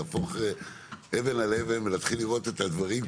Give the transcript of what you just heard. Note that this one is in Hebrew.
להפוך אבן על אבן להתחיל לראות את הדברים,